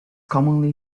commonly